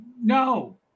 No